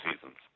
seasons